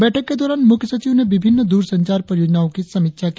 बैठक के दौरान मुख्य सचिव ने विभिन्न द्ररसंचार परियोजनाओं की समीक्षा की